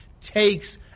takes